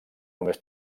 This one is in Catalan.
només